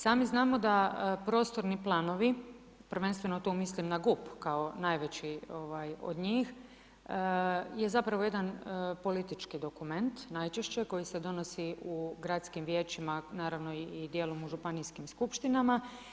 Sami znamo da prostorni planovi, prvenstveno tu mislim na GUP, kao najveći od njih je zapravo jedan politički dokument najčešće koji se donosi u gradskim vijećima, naravno i dijelom u županijskim skupštinama.